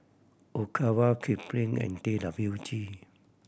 Ogawa Kipling and T W G